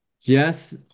yes